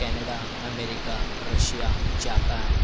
Canada America Russia Japan